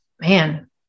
man